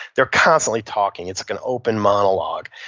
they're constantly talking it's like an open monologue.